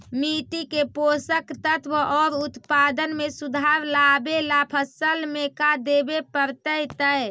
मिट्टी के पोषक तत्त्व और उत्पादन में सुधार लावे ला फसल में का देबे पड़तै तै?